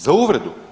Za uvredu.